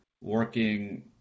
working